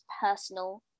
personal